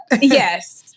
yes